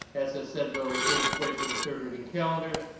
and said said bill retain its place on third reading calendar.